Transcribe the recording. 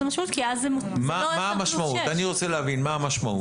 אני רוצה להבין מה המשמעות.